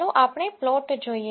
ચાલો આપણે પ્લોટ જોઈએ